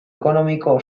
ekonomiko